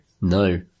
No